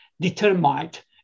determined